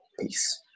Peace